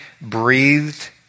breathed